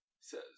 says